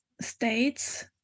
states